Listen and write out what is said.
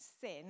sin